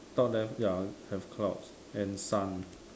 cloud have ya have clouds and sun